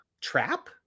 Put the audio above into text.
trap